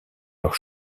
leurs